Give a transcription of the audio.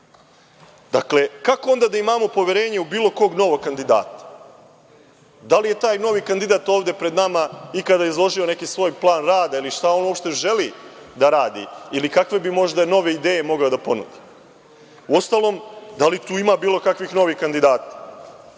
Dakle, kako onda da imamo poverenje u bilo kog novog kandidata? Da li je taj novi kandidat ovde pred nama ikada izložio neki svoj plan rada ili šta on uopšte želi da radi ili kakve bi možda nove ideje mogao da ponudi? Uostalom, da li tu ima bilo kakvih novih kandidata,